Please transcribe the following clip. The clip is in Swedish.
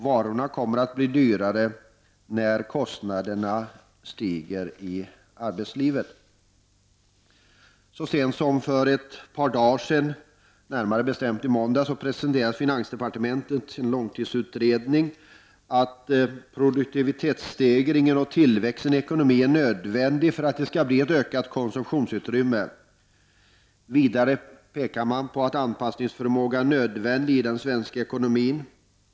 Varorna kommer att bli dyrare när kostnaderna stiger i arbetslivet. Så sent som för ett par dagar sedan, närmare bestämt i måndags, presenterade finansdepartementet i sin långtidsutredning att produktivitetsstegringen och tillväxten i ekonomin är nödvändig för att det skall bli ett ökat konsumtionsutrymme. Vidare pekar man på att anpassningsförmåga är nödvändig i den svenska ekonomin.